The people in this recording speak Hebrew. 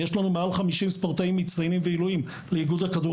יש לנו מעל 50 ספורטאים מצטיינים ועילויים באיגוד,